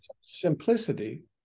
simplicity